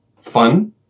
fun